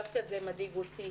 דווקא זה מדאיג אותי.